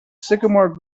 sycamore